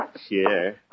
Sure